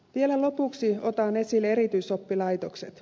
vielä lopuksi otan esille erityisoppilaitokset